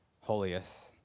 holiest